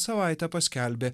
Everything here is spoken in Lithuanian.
savaitę paskelbė